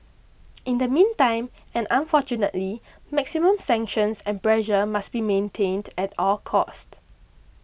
in the meantime and unfortunately maximum sanctions and pressure must be maintained at all costs